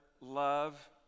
love